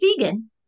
vegan